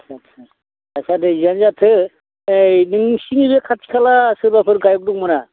आथसा आथसा आथसा दे जियानो जाथों ओइ नोंसिनि बे खाथि खाला सोरबाफोर गायक दङ ना